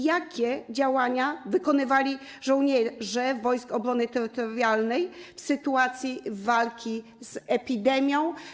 Jakie działania wykonywali żołnierze Wojsk Obrony Terytorialnej w trakcie walki z epidemią?